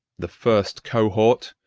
the first cohort,